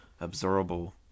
Observable